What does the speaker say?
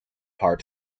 part